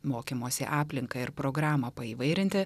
mokymosi aplinką ir programą paįvairinti